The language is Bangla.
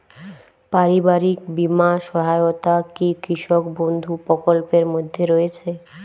পারিবারিক বীমা সহায়তা কি কৃষক বন্ধু প্রকল্পের মধ্যে রয়েছে?